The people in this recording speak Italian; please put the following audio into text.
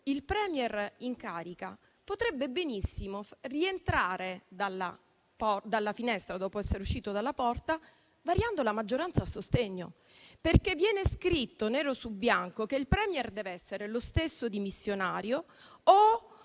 il *Premier* in carica potrebbe benissimo rientrare dalla finestra dopo essere uscito dalla porta variando la maggioranza a sostegno. Viene infatti scritto nero su bianco che il *Premier* dev'essere lo stesso dimissionario o